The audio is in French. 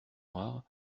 noire